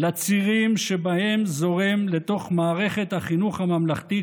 לצירים שבהם זורם לתוך מערכת החינוך הממלכתית